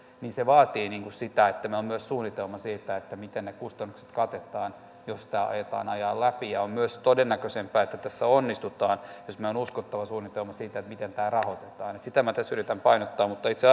niin se vaatii sitä että meillä on myös suunnitelma siitä miten ne kustannukset katetaan jos tätä aletaan ajaa läpi on myös todennäköisempää että tässä onnistutaan jos meillä on uskottava suunnitelma siitä miten tämä rahoitetaan sitä minä tässä yritän painottaa mutta itse